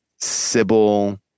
Sybil